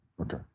Okay